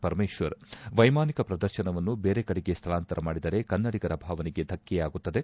ಪರಮೇತ್ವರ್ ವೈಮಾನಿಕ ಪ್ರದರ್ಶನವನ್ನು ಬೇರೆ ಕಡೆಗೆ ಸ್ಥಳಾಂತರ ಮಾಡಿದರೆ ಕನ್ನಡಿಗರ ಭಾವನೆಗೆ ಧಕ್ಕೆಯಾಗುತ್ತದೆ